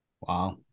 Wow